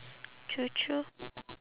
true true